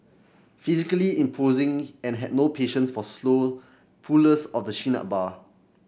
physically imposing and had no patience for slow pullers of the chin up bar